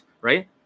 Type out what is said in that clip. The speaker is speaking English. right